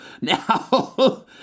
now